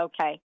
okay